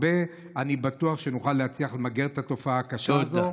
אני בטוח שנוכל להצליח למגר את התופעה הקשה הזאת.